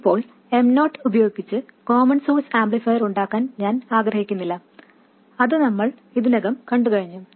ഇപ്പോൾ M0 ഉപയോഗിച്ച് common source amplifier ഉണ്ടാക്കാൻ ഞാൻ ആഗ്രഹിക്കുന്നില്ല അത് നമ്മൾ ഇതിനകം കണ്ടുകഴിഞ്ഞു